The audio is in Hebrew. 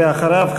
ואחריו,